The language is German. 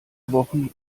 wochen